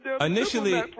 initially